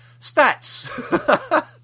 Stats